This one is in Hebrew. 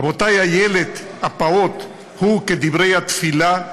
רבותי, הילד הפעוט הוא, כדברי התפילה,